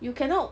you cannot